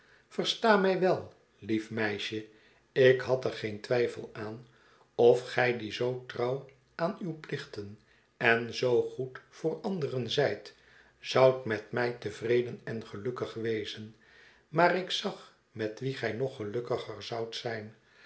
versta mij wel lief meisje ik had er geen twijfel aan of gij die zoo trouw aan uwe plichten en zoo goed voor anderen zijt zoudt met mij tevreden en gelukkig wezen maar ik zag met wien gij nog gelukkiger zoudt zijn